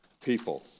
people